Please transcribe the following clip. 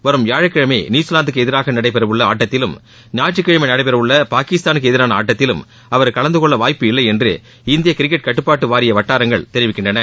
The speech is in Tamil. வரும் வியாழக்கிழமை நியூசிலாந்துக்கு எதிராக நடைபெற உள்ள ஆட்டத்திலும் ஞாயிற்றுக்கிழமை நடைபெறவுள்ள பாகிஸ்தானுக்கு எதிராள ஆட்டத்திலும் அவர் கலந்து கொள்ள வாய்ப்பு இல்லை என்று இந்தியக் கிரிக்கெட் கட்டுப்பாட்டு வாரிய வட்டாரங்கள் தெரிவிக்கின்றன